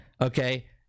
okay